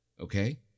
okay